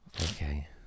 Okay